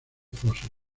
fósil